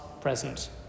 present